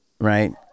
right